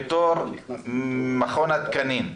בתור מכון התקנים,